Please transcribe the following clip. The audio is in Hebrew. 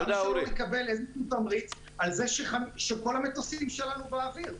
למה שלא נקבל איזה תמריץ על זה שכל המטוסים שלנו באוויר?